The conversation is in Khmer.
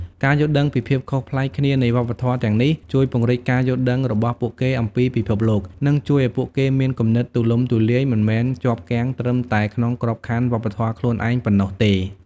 ការយល់ដឹងពីភាពខុសប្លែកគ្នានៃវប្បធម៌ទាំងនេះ ជួយពង្រីកការយល់ដឹងរបស់ពួកគេអំពីពិភពលោក និងជួយឱ្យពួកគេមានគំនិតទូលំទូលាយ មិនមែនជាប់គាំងត្រឹមតែក្នុងក្របខ័ណ្ឌវប្បធម៌ខ្លួនឯងប៉ុណ្ណោះទេ។